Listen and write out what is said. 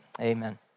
amen